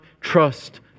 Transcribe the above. trust